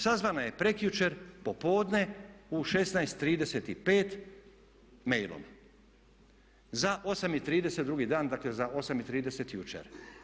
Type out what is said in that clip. Sazvana je prekjučer popodne u 16,35 mailom za 8,30 drugi dan, dakle za 8,30 jučer.